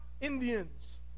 Indians